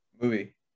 Movie